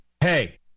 hey